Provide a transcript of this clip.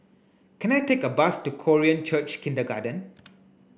can I take a bus to Korean Church Kindergarten